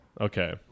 Okay